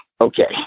okay